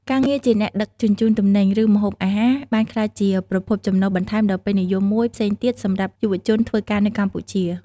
ការងារជាអ្នកដឹកជញ្ជូនទំនិញ ឬម្ហូបអាហារបានក្លាយជាប្រភពចំណូលបន្ថែមដ៏ពេញនិយមមួយផ្សេងទៀតសម្រាប់យុវជនធ្វើការនៅកម្ពុជា។